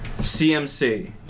CMC